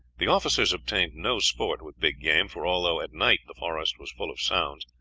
the officers obtained no sport with big game for although at night the forest was full of sounds,